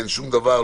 אין שום דבר,